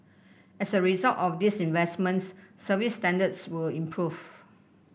as a result of these investments service standards will improve